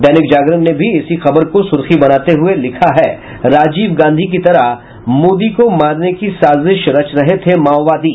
दैनिक जागरण ने भी इसी खबर को सुर्खी बनाते हुए लिखा है राजीव गांधी की तरह मोदी को मारने की साजिश रच रहे थे माओवादी